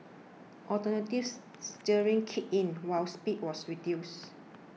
alternatives steering kicked in while speed was reduced